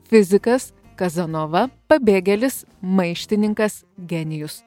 fizikas kazanova pabėgėlis maištininkas genijus